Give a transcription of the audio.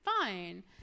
fine